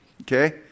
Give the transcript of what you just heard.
okay